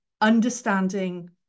understanding